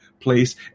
place